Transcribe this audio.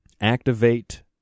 activate